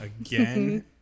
again